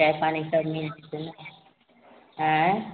चाय पानि शायद मिल जइतय ने आँय